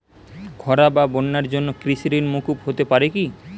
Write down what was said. খরা বা বন্যার জন্য কৃষিঋণ মূকুপ হতে পারে কি?